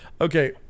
Okay